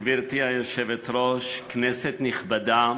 גברתי היושבת-ראש, כנסת נכבדה,